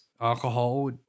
alcohol